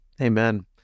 amen